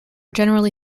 generally